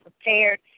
prepared